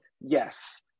Yes